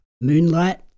Moonlight